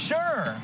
Sure